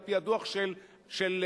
על-פי הדוח של המשרד,